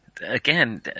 again